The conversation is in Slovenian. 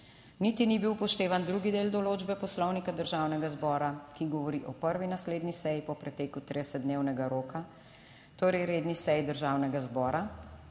Niti ni bil upoštevan drugi del določbe poslovnika Državnega zbora, ki govori o prvi naslednji seji po preteku 30-dnevnega roka, torej redni seji Državnega zbora,